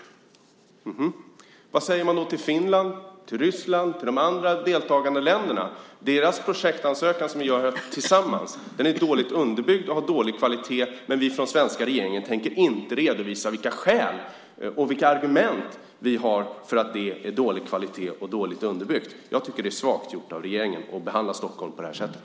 Vad är det man säger till Finland, till Ryssland och till de andra deltagande länderna? Den projektansökan som man gjort tillsammans är alltså dåligt underbyggd och har dålig kvalitet, men den svenska regeringen tänker inte redovisa vilka skäl och vilka argument man har för att anse detta. Jag tycker att det är svagt gjort av regeringen att behandla Stockholm på det här sättet.